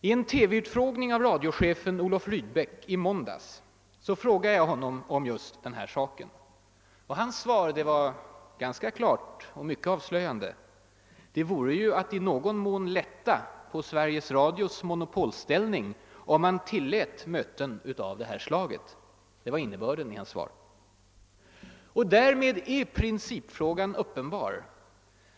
I en TV-utfrågning av radiochefen Olof Rydbeck förra måndagen frågade jag om just den här saken. Radiochefens svar var ganska klart och mycket avslöjande: det vore ju att i någon mån lätta på Sveriges Radios monopolställning om man tillät möten av detta slag, var innebörden i hans besked. Därmed är principfrågan uppenbar.